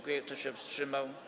Kto się wstrzymał?